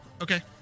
Okay